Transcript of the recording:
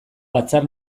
batzar